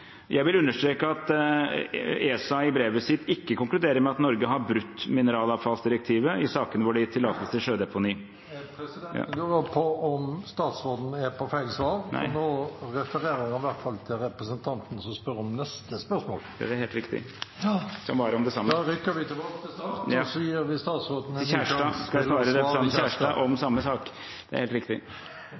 Jeg vil understreke at ESA i sitt brev ikke konkluderer med at Norge har brutt mineralavfallsdirektivet i sakene hvor det er gitt tillatelse til sjødeponi. : Presidenten lurer på om statsråden er på feil svar. Nå refererer han i hvert fall til representanten som stiller neste spørsmål. Det er helt riktig – det handlet om det samme. Da rykker vi tilbake til start. Da beklager jeg det til representanten Birgit Oline Kjerstad, som selvfølgelig stilte dette spørsmålet. Problemet mitt var at neste spørsmål er om samme sak,